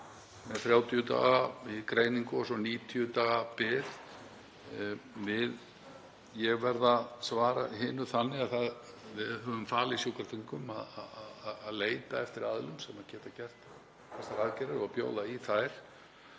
með 30 daga í greiningu og svo 90 daga bið. Ég verð að svara hinu þannig að við höfum falið Sjúkratryggingum að leita eftir aðilum sem geta gert þessar aðgerðir til að bjóða í þær